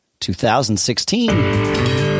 2016